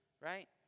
right